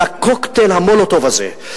על ה"קוקטייל מולוטוב" הזה,